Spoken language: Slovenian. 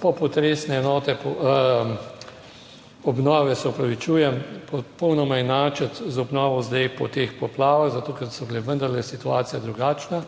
popotresne enote, obnove, se opravičujem, popolnoma enačiti z obnovo zdaj po teh poplavah, zato ker so bile vendarle situacija drugačna.